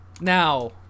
Now